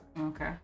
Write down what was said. Okay